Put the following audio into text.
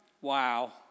Wow